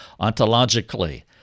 ontologically